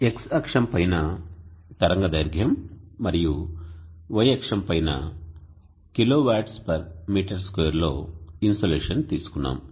X అక్షం పైన తరంగదైర్ఘ్యం మరియు Y అక్షం పైన kWm2 లో ఇన్సోలేషన్ తీసుకున్నాం